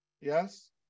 Yes